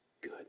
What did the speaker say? good